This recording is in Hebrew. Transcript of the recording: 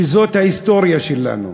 שזאת ההיסטוריה שלנו.